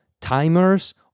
timers